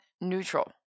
neutral